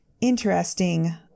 interesting